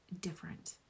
different